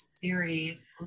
series